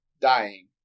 Dying